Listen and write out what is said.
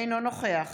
אינו נוכח